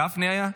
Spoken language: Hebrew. גפני היה.